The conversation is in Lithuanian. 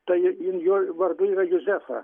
tai jo vardu yra juzefa